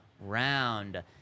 round